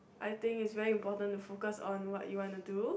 I think it's very important to focus on what you want to do